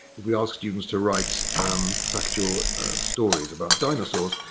if we ask students to write factual stories about dinosaurs,